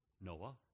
Noah